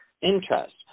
interest